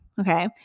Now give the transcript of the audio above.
Okay